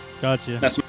Gotcha